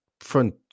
front